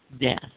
death